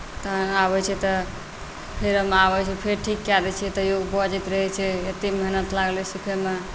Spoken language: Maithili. तैँ आबैत छै तऽ फेर आबैत छै फेर ठीक कए दैत छियै तैयो ओ बजैत रहैत छै एतेक मेहनत लागलै सीखयमे